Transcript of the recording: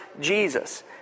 Jesus